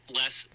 less